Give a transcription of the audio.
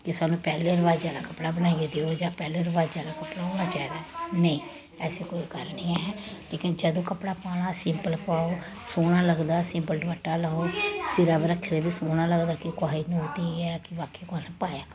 कि सानूं पैहले रवाजें आह्ला कपड़ा बनाइयै देओ जां पैहले रवाजें आह्ला कपड़ा होना चाहिदा ऐ नेईं ऐसी कोई गल्ल निं ऐ लेकिन जदूं कपड़ा पाना सिम्पल पाओ सोह्ना लगदा सिम्पल दपट्टा लैओ सिरा पर रक्खे दा बी सोह्ना लगदा कि कुसै दी नूंह् धीऽ ऐ कि वाकई कुसै ने पाया ऐ कपड़ा